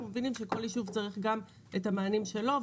מבינים שכל יישוב צריך גם את המענים שלו.